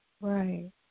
Right